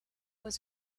was